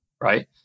right